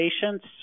patients